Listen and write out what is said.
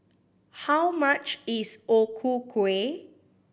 how much is O Ku Kueh